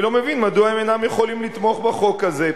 אני לא מבין מדוע הם אינם יכולים לתמוך בחוק הזה.